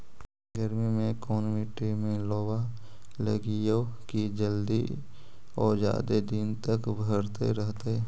गर्मी में कोन मट्टी में लोबा लगियै कि जल्दी और जादे दिन तक भरतै रहतै?